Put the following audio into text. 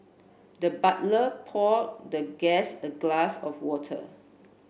the butler poured the guest a glass of water